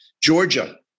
Georgia